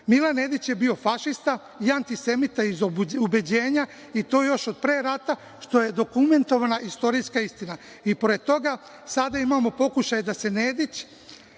Nedić je bio fašista i antisemita iz ubeđenja i to još od pre rata, što je dokumentovana istorijska istina. Pored toga, sada imamo pokušaje da se Nedić